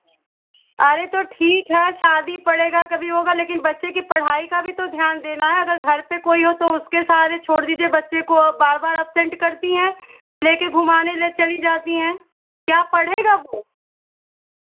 अरे तो ठीक है शादी पड़ेगा कभी होगा लेकिन बच्चे की पढ़ाई का भी तो ध्यान देना है अगर घर पर कोई हो तो उसके सहारे छोड़ दीजिए बच्चे को आप बार बार अब्सेंट करती हैं लेकर घूमने ले चली जाती हैं क्या पढ़ेगा वह